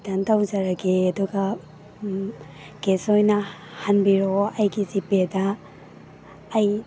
return ꯇꯧꯖꯔꯒꯦ ꯑꯗꯨꯒ case ꯑꯣꯏꯅ ꯍꯟꯕꯤꯔꯛꯑꯣ ꯑꯩꯒꯤ ꯖꯤꯄꯦꯗ ꯑꯩ